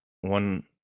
one